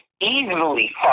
easily